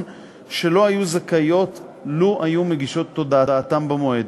שלו היו זכאיות לו הגישו את הודעתן במועד.